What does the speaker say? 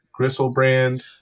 Gristlebrand